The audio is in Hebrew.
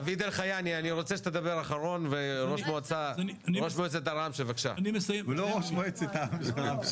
דוד אלחייני בבקשה אדוני היו"ר תודה רבה